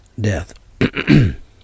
death